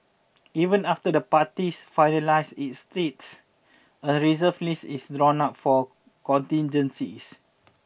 even after the party finalises its slate a reserve list is drawn up for contingencies